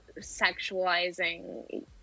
sexualizing